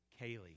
Kaylee